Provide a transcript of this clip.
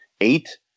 Eight